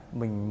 mình